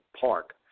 Park